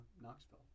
Knoxville